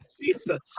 Jesus